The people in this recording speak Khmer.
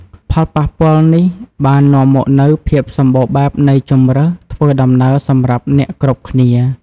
ផលប៉ះពាល់នេះបាននាំមកនូវភាពសម្បូរបែបនៃជម្រើសធ្វើដំណើរសម្រាប់អ្នកគ្រប់គ្នា។